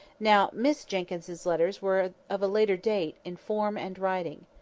now, miss jenkyns's letters were of a later date in form and writing.